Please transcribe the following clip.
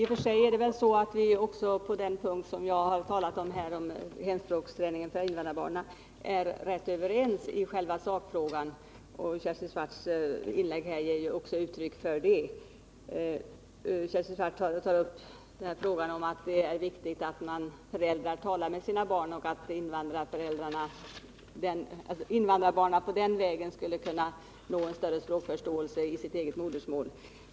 Herr talman! I och för sig är vi väl när det gäller det jag talat om här, dvs. hemspråksträningen för invandrarbarnen, rätt överens i själva sakfrågan. Kersti Swartz inlägg gav ju också uttryck för det. Kersti Swartz tog även upp frågan om att det är viktigt att invandrarföräldrarna talar med sina barn och att invandrarbarnen på den vägen skulle kunna uppnå en större språkförståelse i sitt eget modersmål.